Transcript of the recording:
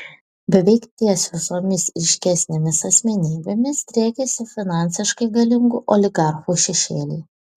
beveik ties visomis ryškesnėmis asmenybėmis driekiasi finansiškai galingų oligarchų šešėliai